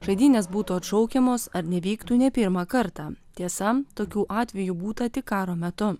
žaidynės būtų atšaukiamos ar nevyktų ne pirmą kartą tiesa tokių atvejų būta tik karo metu